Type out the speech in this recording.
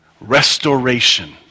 Restoration